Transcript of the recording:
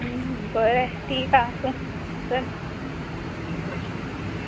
बरें थीक आसूं चल